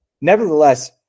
Nevertheless